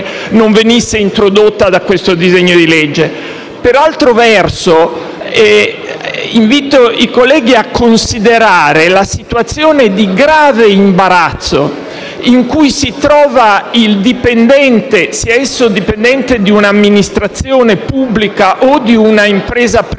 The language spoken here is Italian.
non venisse introdotta da questo disegno di legge. Per altro verso, invito i colleghi a considerare la situazione di grave imbarazzo in cui si trova il dipendente, di un'amministrazione pubblica o di un'impresa privata,